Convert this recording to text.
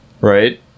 right